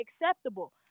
acceptable